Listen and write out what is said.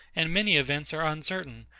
and many events are uncertain,